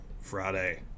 Friday